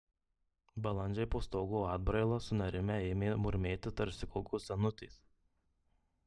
balandžiai po stogo atbraila sunerimę ėmė murmėti tarsi kokios senutės